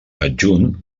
adjunt